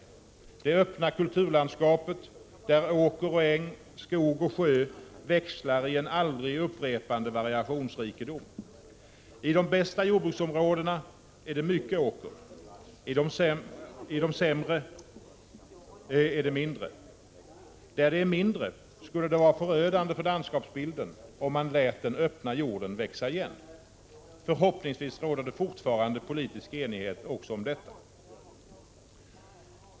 Vi har det öppna kulturlandskapet, där åker och äng, skog och sjö, växlar i en aldrig upprepande variationsrikedom. I de bästa jordbruksområdena är det mycket åker — i de sämre mindre. Där det är mindre åker skulle det vara förödande för landskapsbilden, om man lät den öppna jorden växa igen. Förhoppningsvis råder det fortfarande politisk enighet också om detta.